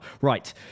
Right